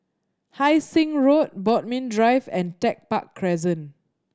Hai Sing Road Bodmin Drive and Tech Park Crescent